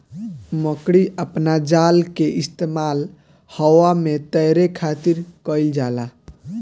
मकड़ी अपना जाल के इस्तेमाल हवा में तैरे खातिर कईल जाला